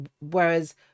Whereas